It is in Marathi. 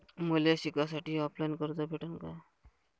मले शिकासाठी ऑफलाईन कर्ज भेटन का?